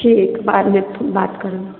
ठीक बादमे बात करब